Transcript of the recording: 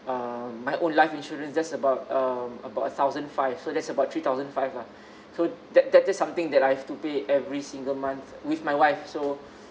uh my own life insurance just about um about a thousand five so that's about three thousand five lah so that that's something that I've to pay every single month with my wife so